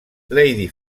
lady